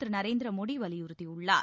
திரு நரேந்திர மோடி வலியுறுத்தியுள்ளார்